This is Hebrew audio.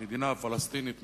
"מדינה פלסטינית מפורזת",